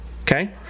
Okay